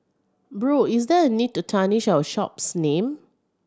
bro is there a need to tarnish our shop's name